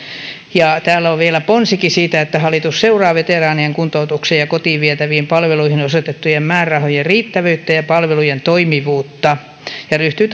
täällä on vielä ponsikin siitä että hallitus seuraa veteraanien kuntoutukseen ja kotiin vietäviin palveluihin osoitettujen määrärahojen riittävyyttä ja palvelujen toimivuutta ja ryhtyy